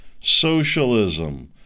socialism